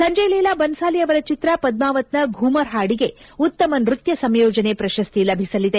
ಸಂಜಯ್ ಲೀಲಾ ಬನ್ಲಾಲಿ ಅವರ ಚಿತ್ರ ಪದ್ಮಾವತ್ನ ಘೂಮರ್ ಹಾಡಿಗೆ ಉತ್ತಮ ನೃತ್ಯ ಸಂಯೋಜನೆ ಪ್ರಶಸ್ತಿ ಲಭಿಸಲಿದೆ